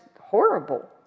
horrible